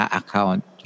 account